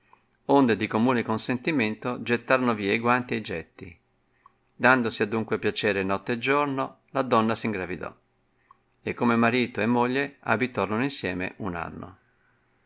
onde di commune consentimento gettarono via i guanti ed i getti dandosi adunque piacere notte e giorno la donna s ingravidò e come marito e moglie abitoiono insieme un anno